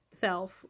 self